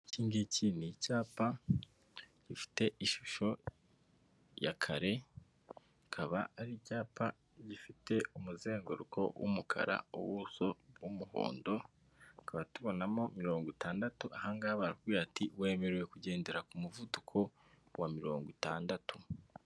Iki ngiki ni icyapa gifite ishusho ya kare, kikaba ari icyapa gifite umuzenguruko w'umukara, ubuso bw'umuhondo tukaba tubonamo mirongo itandatu aha ngaha barakubwira bati ''wemerewe kugendera ku muvuduko wa mirongo itandatu''.